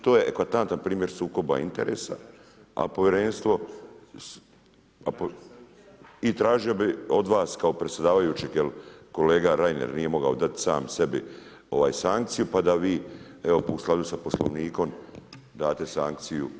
To je eklatantan primjer sukoba interesa, a povjerenstvo i tražio bih od vas kao predsjedavajućeg jer kolega Reiner nije mogao dati sam sebi sankciju, pa da vi u skladu sa Poslovnikom date sankciju